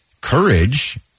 courage